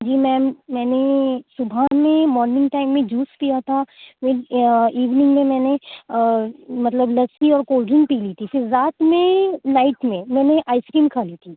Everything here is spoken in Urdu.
جی میم میں نے صُبح میں مارننگ ٹائم میں جوس پیا تھا پھر ایوننگ میں میں نے مطلب لسی اور کولڈ ڈرنک پی لی تھی پھر رات میں نائٹ میں میں نے آئس کریم کھا لی تھی